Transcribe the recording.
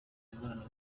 imibonano